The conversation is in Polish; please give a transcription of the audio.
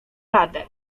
radę